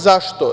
Zašto?